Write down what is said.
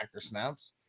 snaps